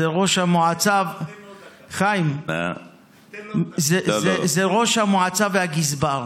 זה ראש המועצה, חיים, זה ראש המועצה והגזבר,